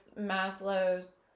Maslow's